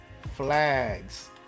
flags